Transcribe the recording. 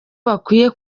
bakwiye